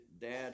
dad